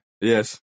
Yes